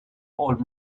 old